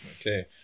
Okay